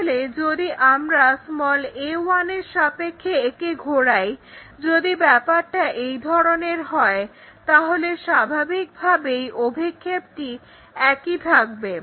তাহলে যদি আমরা a1 এর সাপেক্ষে একে ঘোরাই যদি ব্যাপারটা এই ধরনের হয় তাহলে স্বাভাবিকভাবেই অভিক্ষেপটি একই থাকবে